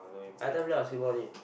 I everytime play basketball only